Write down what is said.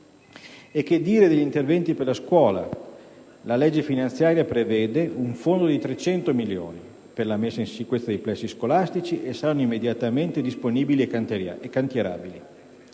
E che dire degli interventi per la scuola? La legge finanziaria prevede un fondo di 300 milioni per la messa in sicurezza dei plessi scolastici, che saranno immediatamente disponibili e cantierabili.